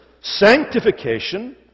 sanctification